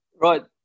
Right